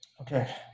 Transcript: okay